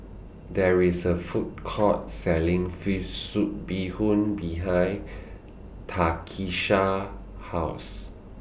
There IS A Food Court Selling Fish Soup Bee Hoon behind Takisha's House